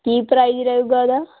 ਕੀ price ਰਹੂਗਾ ਇਹਦਾ